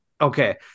Okay